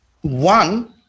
One